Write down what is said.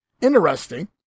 interesting